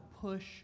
push